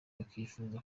bakifuza